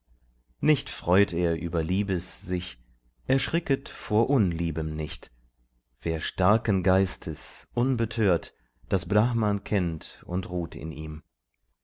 nicht freut er über liebes sich erschricket vor unliebem nicht wer starken geistes unbetört das brahman kennt und ruht in ihm